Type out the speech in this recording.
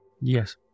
Yes